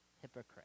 hypocrite